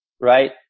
right